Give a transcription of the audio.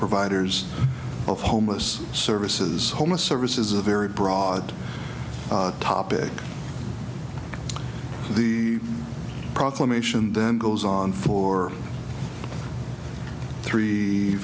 providers of homeless services homeless services a very broad topic the proclamation then goes on for three